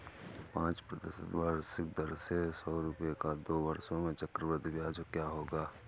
पाँच प्रतिशत वार्षिक दर से सौ रुपये का दो वर्षों में चक्रवृद्धि ब्याज क्या होगा?